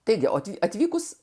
taigi o atvykus